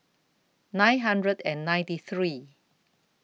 nine hundred and ninety three